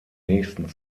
nächsten